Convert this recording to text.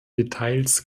details